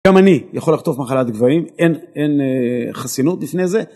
גם אני יכול לחטוף מחלת גבוהים, אין חסינות בפני זה.